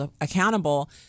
accountable